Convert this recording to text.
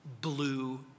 blue